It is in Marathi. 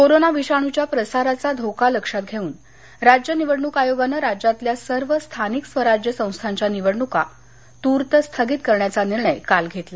कोरोना विषाणूच्या प्रसाराचा धोका लक्षात धेऊन राज्य निवडणून आयोगानं राज्यातल्या सर्व स्थानिक स्वराज्य संस्थांच्या निवडणुका तूर्त स्थगित करण्याचा निर्णय काल घेतला